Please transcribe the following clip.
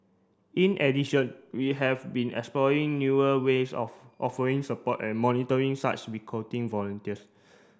in addition we have been exploring newer ways of offering support and monitoring such recruiting volunteers